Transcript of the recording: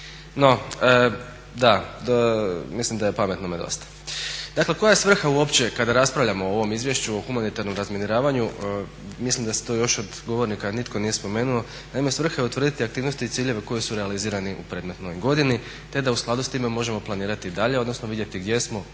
donijeli. Mislim da je pametnome dosta. Dakle koja je svrha uopće kada raspravljamo o ovom izvješću o humanitarnom razminiravanju, mislim da se to još od govornika nitko nije spomenuo, naime svrha je utvrditi aktivnosti i ciljeve koji su realizirani u predmetnoj godini, te da u skladu s time možemo planirati dalje odnosno vidjeti gdje smo,